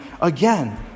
again